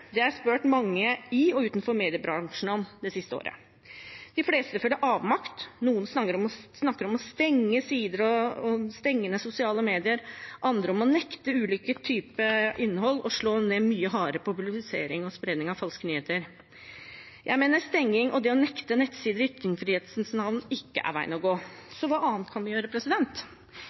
har jeg spurt mange i og utenfor mediebransjen om det siste året. De fleste føler avmakt. Noen snakker om å stenge sider og stenge ned sosiale medier, andre om å nekte ulike typer innhold og slå mye hardere ned på publisering og spredning av falske nyheter. Jeg mener stenging og det å nekte nettsider i ytringsfrihetens navn ikke er veien å gå. Så hva annet kan vi gjøre?